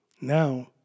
Now